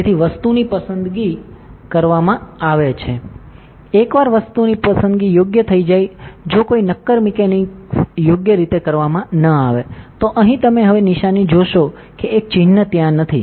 તેથી વસ્તુની પસંદગી કરવામાં આવે છે એકવાર વસ્તુની પસંદગી યોગ્ય થઈ જાય જો કોઈ નક્કર મિકેનિક્સ યોગ્ય રીતે કરવામાં ન આવે તો અહીં તમે હવે નિશાની જોશો કે એક ચિહ્ન ત્યાં નથી